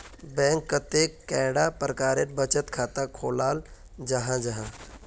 Bank कतेक कैडा प्रकारेर बचत खाता खोलाल जाहा जाहा?